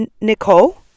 Nicole